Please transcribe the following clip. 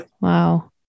Wow